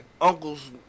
uncles